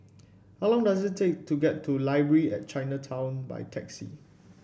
how long does it take to get to Library at Chinatown by taxi